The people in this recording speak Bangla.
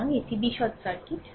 সুতরাং এটি বিশদ সার্কিট